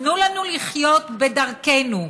תנו לנו לחיות בדרכנו,